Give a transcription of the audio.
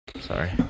Sorry